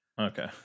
okay